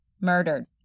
murdered